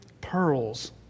pearls